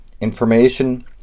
information